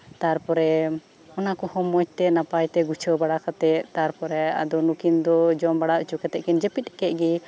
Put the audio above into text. ᱛᱟᱨᱯᱚᱨᱮ ᱚᱱᱟ ᱠᱚᱦᱚᱸ ᱢᱚᱸᱡᱽᱛᱮ ᱜᱩᱪᱷᱟᱹᱣ ᱵᱟᱲᱟ ᱠᱟᱛᱮᱫ ᱛᱟᱯᱚᱨᱮ ᱱᱩᱠᱤᱱ ᱫᱚ ᱡᱚᱢ ᱵᱟᱲᱟ ᱠᱟᱛᱮᱫ ᱡᱟᱹᱯᱤᱫ ᱠᱮᱫ ᱜᱮ